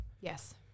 Yes